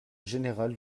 générale